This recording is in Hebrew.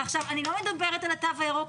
אני לא מדברת על התו הירוק,